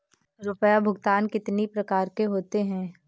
रुपया भुगतान कितनी प्रकार के होते हैं?